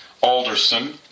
Alderson